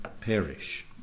perish